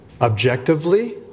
Objectively